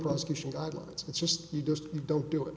prosecution guidelines it's just you just don't do it